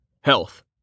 Health